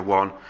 one